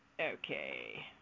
Okay